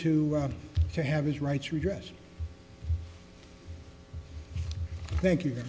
to to have his rights redress thank you